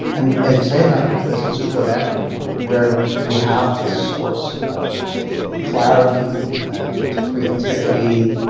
i'm and saying that because it's true of everyone where we have this source of clarity, and creativity,